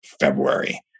February